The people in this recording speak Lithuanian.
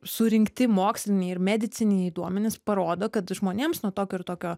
surinkti moksliniai ir medicininiai duomenys parodo kad žmonėms nuo tokio ir tokio